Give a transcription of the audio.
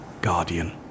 guardian